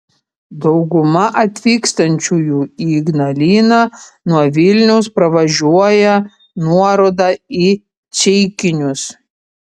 dauguma atvykstančiųjų į ignaliną nuo vilniaus pravažiuoja nuorodą į ceikinius